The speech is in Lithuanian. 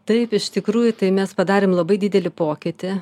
taip iš tikrųjų tai mes padarėm labai didelį pokytį